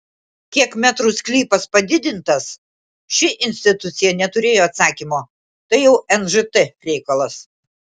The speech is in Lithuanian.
kiek metrų sklypas padidintas ši institucija neturėjo atsakymo tai jau nžt reikalas